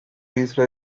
these